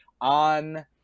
on